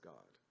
God